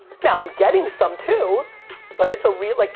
now, i'm getting some too but it's a real, like